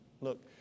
Look